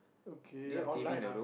okay like online ah